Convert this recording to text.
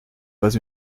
pas